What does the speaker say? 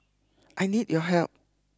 I need your help